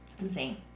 insane